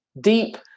deep